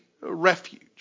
refuge